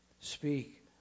Speak